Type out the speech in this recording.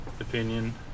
opinion